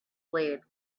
blade